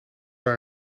waar